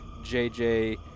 JJ